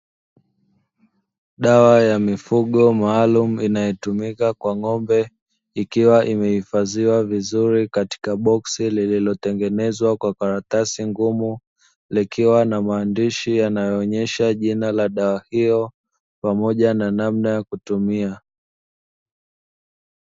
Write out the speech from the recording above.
Dawa ya mifugo maalumu inayotumika kwa ng'ombe ikiwa imehifadhiwa vizuri katika boksi lililotengenezwa na karatasi ngumu, likiwa na maandishi yanayoonyesha jina ya dawa hiyo pamoja na namna ya kutumia.